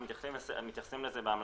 אנחנו מתייחסים לזה בהמלצות,